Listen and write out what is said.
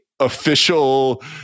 official